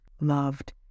loved